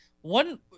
one